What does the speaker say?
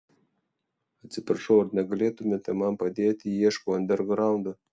atsiprašau ar negalėtumėte man padėti ieškau andergraundo